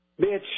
Bitch